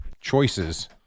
choices